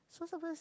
so sometimes